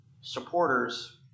supporters